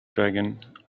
dragon